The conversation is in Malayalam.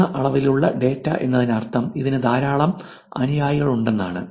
ഉയർന്ന അളവിലുള്ള ഡാറ്റ എന്നതിനർത്ഥം ഇതിന് ധാരാളം അനുയായികളുണ്ടെന്നാണ്